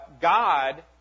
God